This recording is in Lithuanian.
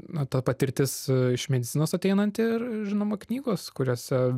nuo to patirtis iš medicinos ateinanti ir žinoma knygos kuriose